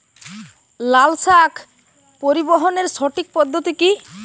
লালশাক পরিবহনের সঠিক পদ্ধতি কি?